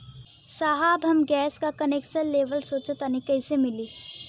साहब हम गैस का कनेक्सन लेवल सोंचतानी कइसे मिली?